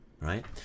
right